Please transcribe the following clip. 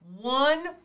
one